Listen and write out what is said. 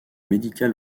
médical